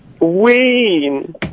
Ween